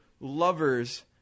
lovers